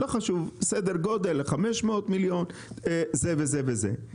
סדר גודל ל-500 מיליון זה וזה וזה.